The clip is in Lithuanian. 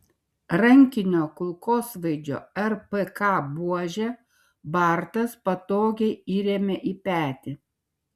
rankinio kulkosvaidžio rpk buožę bartas patogiai įrėmė į petį